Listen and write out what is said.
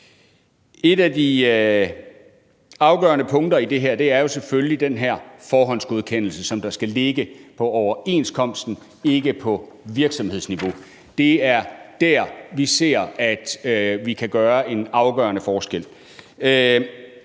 Et af de afgørende punkter i det her er selvfølgelig den her forhåndsgodkendelse, der skal ligge på overenskomsten og ikke på virksomhedsniveau. Det er der, hvor vi ser at vi kan gøre en afgørende forskel.